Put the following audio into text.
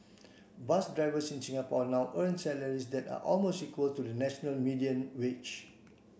bus drivers in Singapore now earn salaries that are almost equal to the national median wage